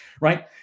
right